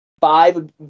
Five